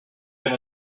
been